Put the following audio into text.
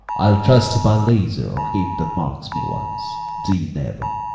i'll trust by leisure him that mocks me once thee never,